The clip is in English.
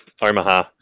Omaha